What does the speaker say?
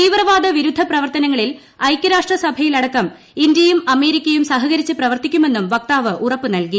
തീവ്രവാദ വിരുദ്ധ പ്രവർത്തനങ്ങളിൽ ഐക്യരാഷ്ട്രസഭയിലടക്കം ഇന്ത്യയും അമേരിക്കയും സഹകരിച്ച് പ്രവർത്തിക്കുമെന്നും വക്താവ് ഉറപ്പ് നൽകി